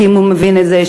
כי אם הוא מבין את זה,